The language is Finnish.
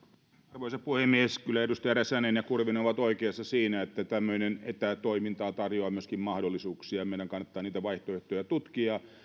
arvoisa puhemies kyllä edustajat räsänen ja kurvinen ovat oikeassa siinä että tämmöinen etätoiminta tarjoaa myöskin mahdollisuuksia ja meidän kannattaa niitä vaihtoehtoja tutkia ja